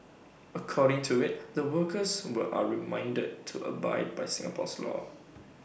according to IT the workers are reminded to abide by Singapore's law